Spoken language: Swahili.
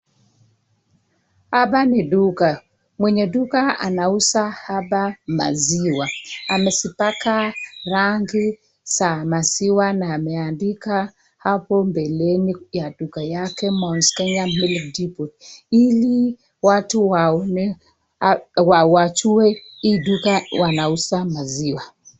Hapa ni duka mwenye duka anauza hapa maziwa amesipaka rangi za maziwa na ameandika hapo mbeleni ya duka yake mwakenya milk tea port hili watu waone wajue hii duka wanauza maziwa.